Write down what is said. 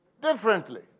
differently